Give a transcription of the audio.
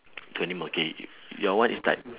two animal okay your one is done